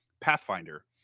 Pathfinder